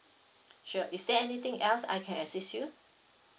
sure is there anything else I can assist you